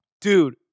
dude